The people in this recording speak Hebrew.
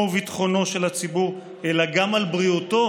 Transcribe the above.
וביטחונו של הציבור אלא גם על בריאותו,